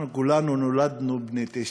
אנחנו כולנו נולדנו בני תשע.